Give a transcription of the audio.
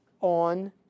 On